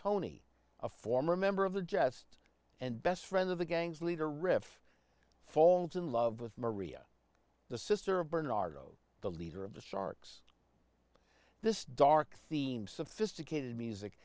tony a former member of the jest and best friend of the gang's leader riff falls in love with maria the sister of bernardo the leader of the sharks this dark theme sophisticated music